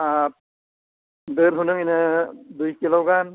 ᱟᱨ ᱫᱟᱹᱞ ᱦᱩᱱᱟᱹᱝ ᱤᱱᱟᱹ ᱫᱩᱭ ᱠᱤᱞᱳ ᱜᱟᱱ